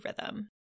rhythm